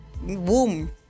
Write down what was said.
boom